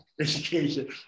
education